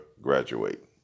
graduate